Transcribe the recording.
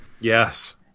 Yes